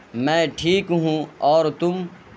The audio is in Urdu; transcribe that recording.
میں ٹھیک ہوں اور تم